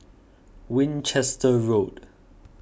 Winchester Road